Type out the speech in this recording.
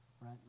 right